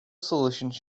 solutions